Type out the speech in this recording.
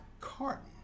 carton